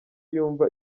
yumva